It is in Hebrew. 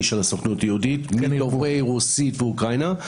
של הסוכנות היהודית מדוברי רוסית ואוקראינית,